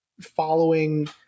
following